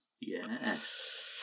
Yes